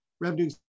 revenues